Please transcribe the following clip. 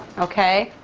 okay?